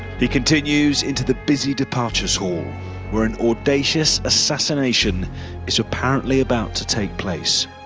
he continues into the busy departures hall where an audacious assassination is apparently about to take place.